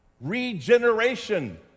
Regeneration